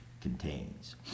contains